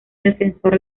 defensor